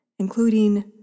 including